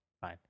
Fine